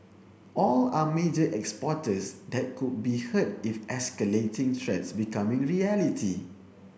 all are major exporters that could be hurt if escalating threats become reality